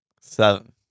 Seven